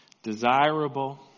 Desirable